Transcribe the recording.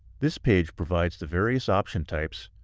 this page provides the various option types,